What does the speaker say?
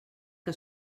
que